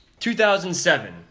2007